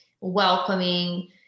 welcoming